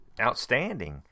Outstanding